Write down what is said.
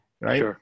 Right